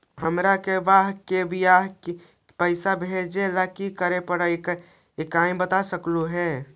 हमार के बह्र के बियाह के पैसा भेजे ला की करे परो हकाई बता सकलुहा?